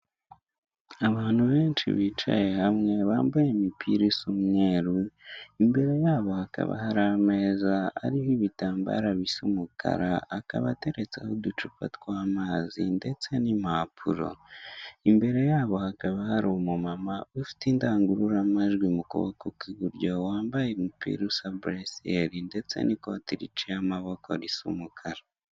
Abantu benshi bicaye hamwe, bambaye imipira n'umweru, imbere yabo hakaba hari ameza, ariho ibitambara bisa umukara, akaba ateretseho uducupa tw'amazi ndetse n'impapuro, imbere yabo hakaba hari umu mama ufite indangururamajwi mu kuboko kw'iburyo wambaye umupira usa buresiyeri ndetse n'ikoti rici amaboko risa umukara.